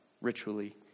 ritually